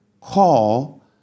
call